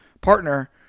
partner